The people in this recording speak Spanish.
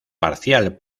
parcial